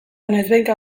noizbehinka